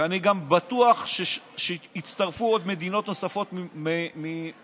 ואני גם בטוח שיצטרפו עוד מדינות נוספות מהמפרץ,